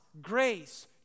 grace